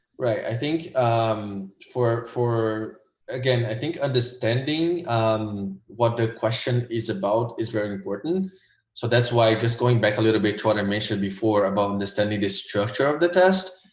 right i think um for for again i think understanding what the question is about is very important so that's why i just going back a little bit to what i mentioned before about understanding the structure of the test